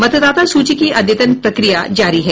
मतदाता सूची की अद्यतन प्रक्रिया जारी है